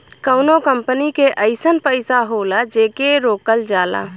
कउनो कंपनी के अइसन पइसा होला जेके रोकल जाला